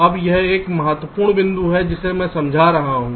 अब यह एक महत्वपूर्ण बिंदु है जिसे मैं समझा रहा हूँ